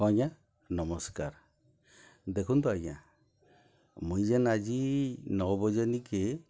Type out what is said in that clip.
ଆଜ୍ଞା ନମସ୍କାର ଦେଖନ୍ତୁ ଆଜ୍ଞା ମୁଇଁ ଯେନ୍ ଆଜି ନଅ ବଜେ ନିଇଁକି